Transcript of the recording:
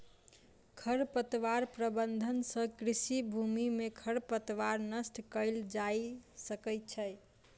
खरपतवार प्रबंधन सँ कृषि भूमि में खरपतवार नष्ट कएल जा सकै छै